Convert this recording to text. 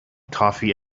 toffee